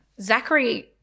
Zachary